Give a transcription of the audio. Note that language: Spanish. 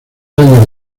años